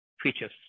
Features